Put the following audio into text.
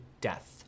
death